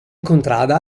contrada